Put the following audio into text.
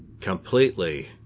completely